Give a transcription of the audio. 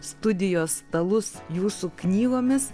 studijos stalus jūsų knygomis